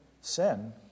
sin